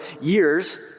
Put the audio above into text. years